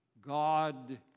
God